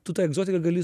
tu tą egzotiką gali